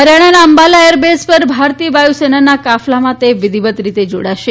હરિયાણાના Ambala air base પર ભારતીય વાયુ સેનાના કાફલામાં તે વિધિવત રીતે જોડાશે